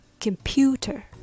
computer